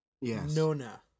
Nona